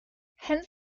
hence